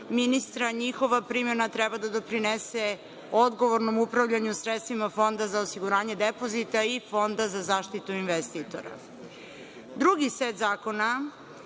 ministra, njihova primena treba da doprinese odgovornom upravljanju sredstvima Fonda za osiguranje depozita i Fonda za zaštitu investitora. Drugi set zakona